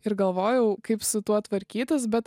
ir galvojau kaip su tuo tvarkytis bet